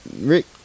Rick